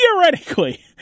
theoretically